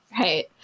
right